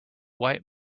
white